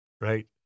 right